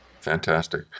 Fantastic